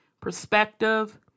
perspective